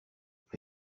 mais